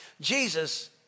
Jesus